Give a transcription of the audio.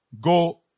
go